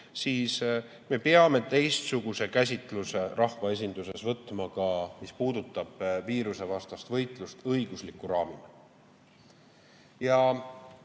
siis me peame teistsuguse käsitluse rahvaesinduses võtma ka, mis puudutab viirusevastast võitlust õigusliku raamina.